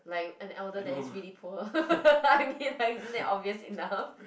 like an elder that is really poor I mean like isn't that obvious enough